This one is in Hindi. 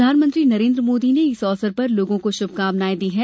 प्रधानमंत्री नरेन्द्र मोदी ने इस अवसर पर लोगों को शुभकामनाएं दी हैं